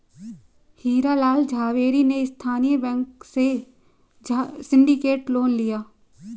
हीरा लाल झावेरी ने स्थानीय बैंकों से सिंडिकेट लोन लिया